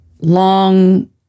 Long